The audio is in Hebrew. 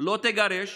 לא תגרש